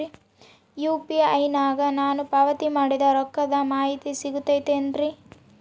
UPI ನಾಗ ನಾನು ಪಾವತಿ ಮಾಡಿದ ರೊಕ್ಕದ ಮಾಹಿತಿ ಸಿಗುತೈತೇನ್ರಿ?